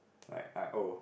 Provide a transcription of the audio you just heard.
like like oh